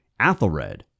Athelred